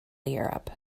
europe